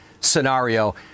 scenario